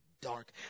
dark